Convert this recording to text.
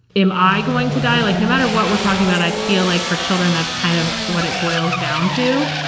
am i going to die? like no matter what we're talking about, i feel like for children, that's kind of what it boils down to.